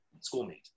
schoolmate